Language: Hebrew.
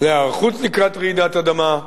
להיערכות לקראת רעידת אדמה.